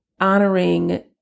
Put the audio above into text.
honoring